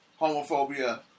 homophobia